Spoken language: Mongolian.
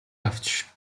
авч